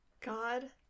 God